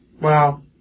Wow